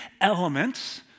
elements